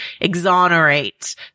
exonerate